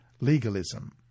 legalism